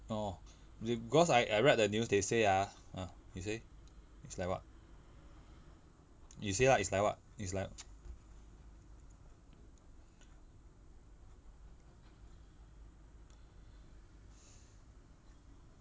orh because I I read the news they say ah ah you say is like what you say ah is like what is like